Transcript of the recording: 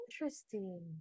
interesting